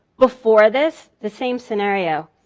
before this, the same scenario.